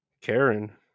Karen